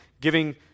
giving